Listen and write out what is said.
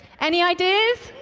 any ideas?